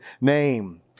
name